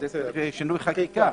זה צריך שינוי חקיקה.